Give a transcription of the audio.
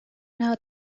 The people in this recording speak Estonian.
nad